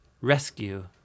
rescue